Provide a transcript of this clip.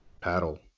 paddle